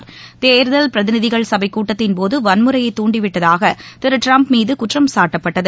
கேர்தல் பிரகிநிதிகள் சபை கூட்டத்தின்போதுவன்முறையை துண்டிவிட்டதாகதிருடிரம்ப் மீதுகுற்றம் சாட்டப்பட்டது